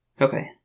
Okay